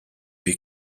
wir